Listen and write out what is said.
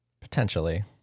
Potentially